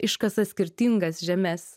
iškasa skirtingas žemes